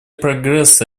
прогресса